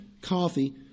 coffee